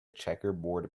checkerboard